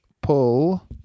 pull